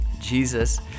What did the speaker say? Jesus